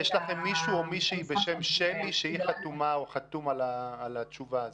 יש לכם מישהו או מישהי בשם שמי שהיא חתומה או חתום על התשובה הזאת.